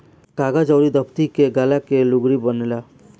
कागज अउर दफ़्ती के गाला के लुगरी बनेला